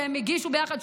שהגישו יחד,